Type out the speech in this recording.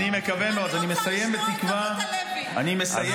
אני מסיים בתקווה --- אני רוצה לשמוע את עמית הלוי.